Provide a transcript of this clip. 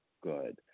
good